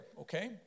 Okay